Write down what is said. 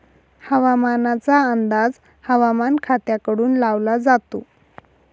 हवामानाचा अंदाज हवामान खात्याकडून लावला जातो